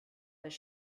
this